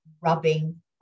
rubbing